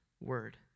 word